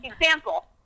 example